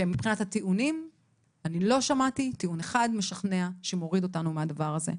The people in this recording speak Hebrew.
שמבחינת הטיעונים אני לא שמעתי טיעון אחד משכנע שמוריד אותנו מהדבר הזה.